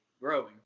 growing